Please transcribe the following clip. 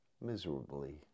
miserably